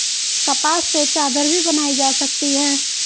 कपास से चादर भी बनाई जा सकती है